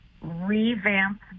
revamp